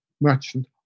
merchant